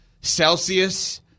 Celsius